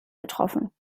getroffen